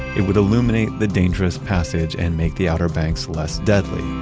it would illuminate the dangerous passage and make the outer banks less deadly.